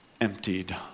emptied